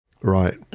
Right